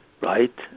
right